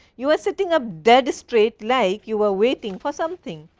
you were sitting a dead straight like you were waiting for something.